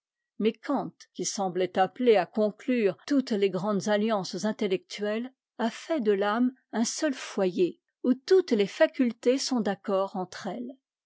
mais kant qui semblait appelé à conclure toutes les grandes alliances intellectuelles a fait de l'âme un seul foyer où toutes les facultés sont d'accord entre elles